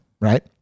right